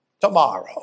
tomorrow